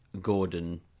Gordon